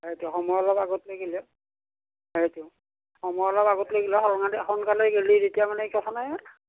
সেয়েটো সময় অলপ আগত লৈ গ'লে হ'ল সেয়েটো সময় অলপ আগত লৈ গ'লে হ'ল সোনকালে গ'লে তেতিয়া মানে কথা নাই আৰু